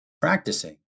practicing